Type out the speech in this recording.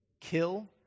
kill